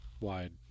Wide